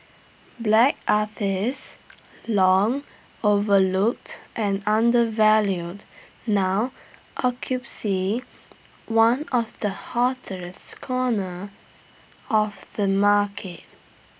black artists long overlooked and undervalued now one of the hottest corners of the market